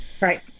right